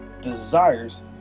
desires